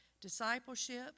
discipleship